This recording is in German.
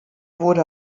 wurde